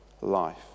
life